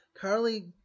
Carly